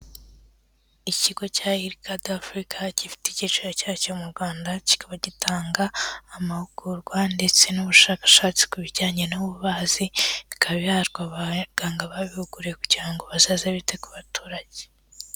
Ikigo cya Ircad Africa gifite icyicaro cyacyo mu Rwanda kikaba gitanga amahugurwa ndetse n'ubushakashatsi ku bijyanye n'ububazi bikaba biharwa abaganga babihuguwe kugira ngo bazaze bite ku baturage.